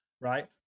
right